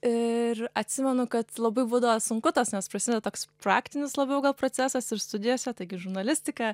ir atsimenu kad labai būdavo sunku tas nes prasideda toks praktinis labiau gal procesas ir studijose taigi žurnalistika